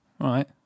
right